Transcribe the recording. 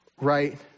right